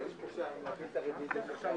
(הישיבה נפסקה בשעה 11:18 ונתחדשה בשעה